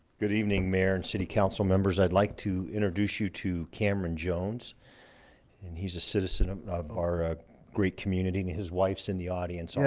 good evening mayor and city council members. i'd like to introduce you to cameron jones and he's a citizen of our great community and his wife's in the audience yeah,